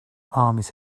armies